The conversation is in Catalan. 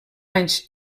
anys